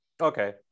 Okay